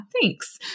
thanks